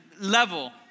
level